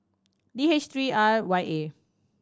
D H three R Y A